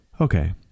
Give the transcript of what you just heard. Okay